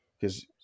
because-